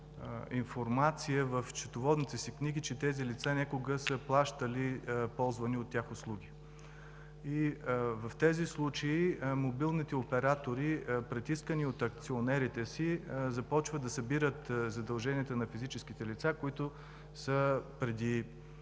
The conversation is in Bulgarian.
информация в счетоводните си книги, че тези лица някога са плащали ползвани от тях услуги. В тези случаи мобилните оператори, притискани от акционерите си, започват да събират задълженията на физическите лица, които са се